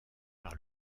par